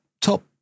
top